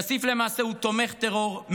כסיף למעשה הוא תומך טרור,